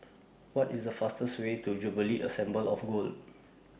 What IS The fastest Way to Jubilee Assembly of God